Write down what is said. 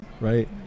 Right